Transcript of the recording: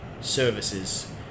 services